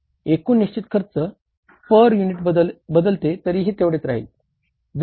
एकूण निश्चित खर्च पर युनिट राहील